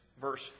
verse